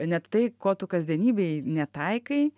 net tai ko tu kasdienybėj netaikai